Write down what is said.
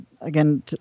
again